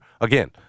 Again